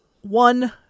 one